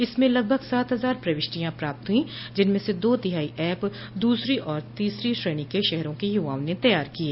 इसमें लगभग सात हजार प्रविष्टियां प्राप्त हुईं जिनमें से दो तिहाई ऐप दूसरी और तीसरी श्रेणी के शहरों के युवाओं ने तैयार किए